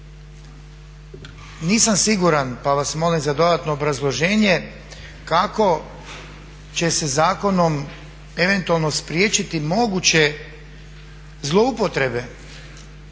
Nisam siguran, pa vas molim za dodatno obrazloženje kako će se zakonom eventualno spriječiti moguće zloupotrebe